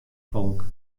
folk